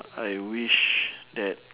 I wish that